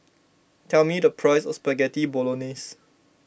tell me the price of Spaghetti Bolognese